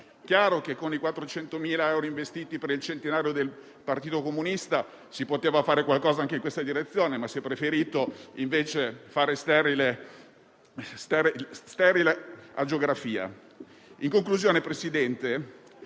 chiaro che con i 400.000 investiti per il centenario del Partito Comunista si poteva fare qualcosa anche in questa direzione, ma si è preferito fare sterile agiografia.